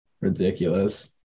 ridiculous